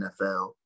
nfl